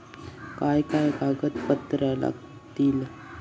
काय काय कागदपत्रा लागतील?